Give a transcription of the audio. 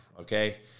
okay